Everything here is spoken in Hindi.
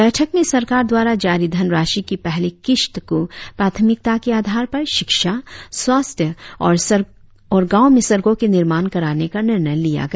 बैठक में सरकार द्वारा जारी धनराशी की पहली किश्त को प्राथमिकता के आधार पर शिक्षा स्वास्थ्य और गाँव में सड़को के निर्माण कराने का निर्णय लिया गया